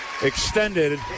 Extended